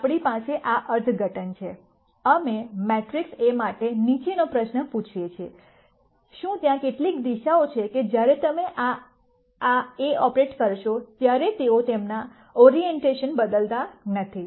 હવે આપણી પાસે આ અર્થઘટન છે અમે મેટ્રિક્સ A માટે નીચેનો પ્રશ્ન પૂછીએ છીએ શું ત્યાં કેટલીક દિશાઓ છે કે જ્યારે તમે આ A ઓપરેટ કરશો ત્યારે તેઓ તેમના ઓરિએંટેશન બદલતા નથી